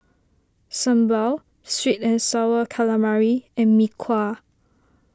Sambal Sweet and Sour Calamari and Mee Kuah